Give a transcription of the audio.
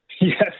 Yes